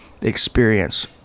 experience